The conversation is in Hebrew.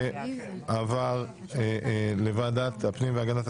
הצבעה בעד העברת החוק לוועדה 2 נגד,